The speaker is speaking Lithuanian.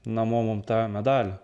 namo mum tą medalį